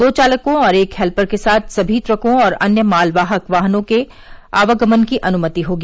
दो चालकों और एक हेल्यर के साथ सभी ट्रकों और अन्य मालवाहक वाहनों के आवगमन की अनुमति होगी